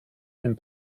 and